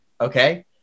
okay